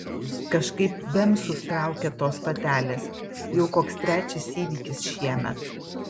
kažkaip bemsus traukia tos stotelės jau koks trečias įvykis šiemet